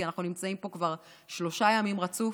כי אנחנו נמצאים פה כבר שלושה ימים רצוף.